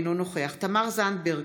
אינו נוכח תמר זנדברג,